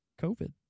COVID